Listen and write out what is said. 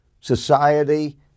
society